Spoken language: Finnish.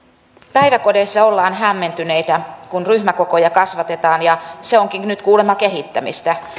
päiväkodeissa ollaan hämmentyneitä kun ryhmäkokoja kasvatetaan ja se onkin nyt kuulemma kehittämistä